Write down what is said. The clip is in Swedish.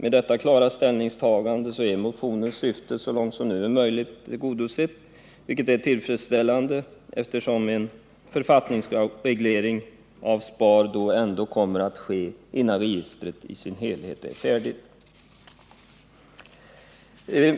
Med detta klara ställningstagande är motionens syfte så långt som nu är möjligt tillgodosett, vilket är tillfredsställande, eftersom en författningsreglering av SPAR då ändå kommer att ske innan registret i sin helhet är färdigt. Det